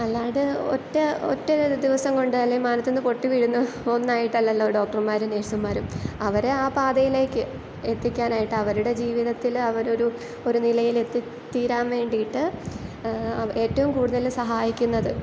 അല്ലാണ്ട് ഒറ്റ ഒറ്റ ഒരു ദിവസം കൊണ്ട് അല്ലെങ്കിൽ മാനത്ത് നിന്ന് പൊട്ടി വീഴുന്ന ഒന്നായിട്ടല്ലല്ലോ ഡോക്ടർമാരും നേഴ്സുമാരും അവർ ആ പാതയിലേക്ക് എത്തിക്കാൻ ആയിട്ട് അവരുടെ ജീവിതത്തിൽ അവർ ഒരു ഒരു നിലയിൽ എത്തി തീരാൻ വേണ്ടിയിട്ട് ഏറ്റവും കൂടുതൽ സഹായിക്കുന്നത്